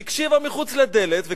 שהיא הקשיבה מחוץ לדלת,